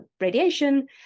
radiation